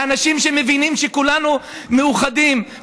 לאנשים שמבינים שכולנו מאוחדים,